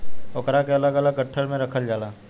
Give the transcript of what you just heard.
ओकरा के अलग अलग गट्ठर मे रखल जाला